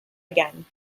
again